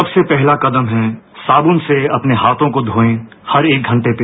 सबसे पहला कदम है साबुन से अपने हाथों को धोएं हरेक घंटे पर